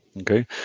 okay